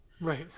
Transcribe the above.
Right